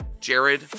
Jared